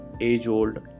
age-old